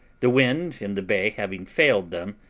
the wind in the bay having failed them,